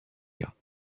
cas